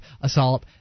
assault